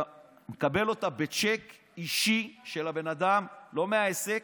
אתה מקבל אותה בצ'ק אישי של הבן אדם, לא מהעסק,